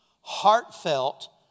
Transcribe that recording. heartfelt